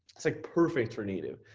is like perfect for native.